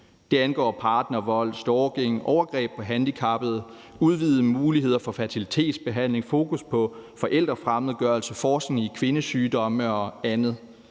Det angår partnervold, stalking, overgreb på handicappede, udvidede muligheder for fertilitetsbehandling, fokus på forældrefremmedgørelse, forskning i kvindesygdomme og andet,